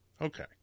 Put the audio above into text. okay